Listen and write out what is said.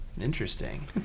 Interesting